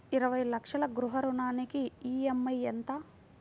ఇరవై లక్షల గృహ రుణానికి ఈ.ఎం.ఐ ఎంత?